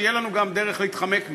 שתהיה לנו גם דרך להתחמק ממנו.